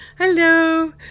Hello